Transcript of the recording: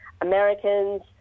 Americans